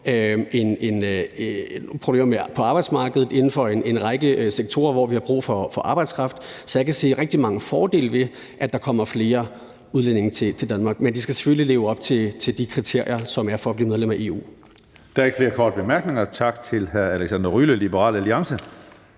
problemer på arbejdsmarkedet inden for en række sektorer, hvor vi har brug for arbejdskraft. Så jeg kan se rigtig mange fordele ved, at der kommer flere udlændinge til Danmark. Men landene skal selvfølgelig leve op til de kriterier, der er, for at blive medlem af EU.